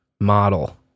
model